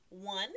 one